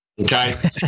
okay